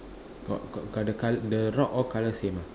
got got got the col~ the rock all colour same ah